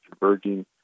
converging